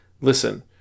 listen